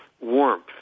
warmth